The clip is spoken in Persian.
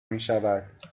میشود